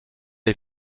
est